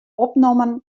opnommen